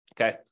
Okay